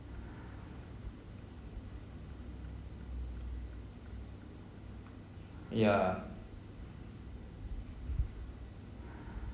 yeah